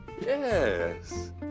Yes